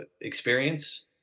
experience